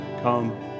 come